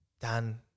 Dan